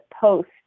post